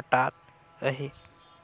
पटात अहे